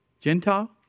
Gentile